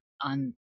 on